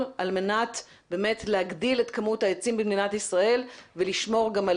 על מנת באמת להגדיל את כמות העצים במדינת ישראל וגם לשמור על